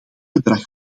bedrag